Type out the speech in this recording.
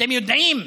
אתם יודעים,